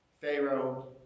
Pharaoh